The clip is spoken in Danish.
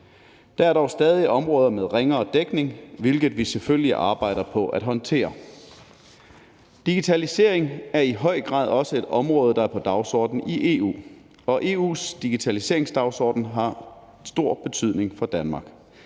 Der er dog stadig områder med ringere dækning, hvilket vi selvfølgelig arbejder på at håndtere. Digitalisering er i høj grad også et område, der er på dagsordenen i EU, og EU's digitaliseringsdagsorden har stor betydning for Danmark.